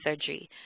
surgery